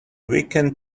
weekend